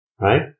right